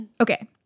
Okay